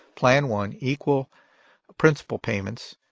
plan one, equal principal payments.